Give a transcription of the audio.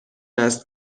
است